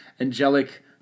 angelic